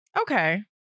Okay